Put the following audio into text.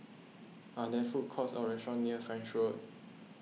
are there food courts or restaurants near French Road